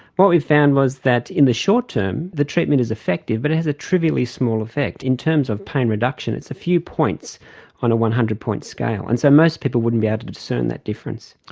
what we found was that in the short term the treatment is effective but it has a trivially small effect. in terms of pain reduction it's a few points on a one hundred point scale, and so most people wouldn't be ah able to discern that difference.